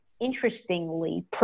interestingly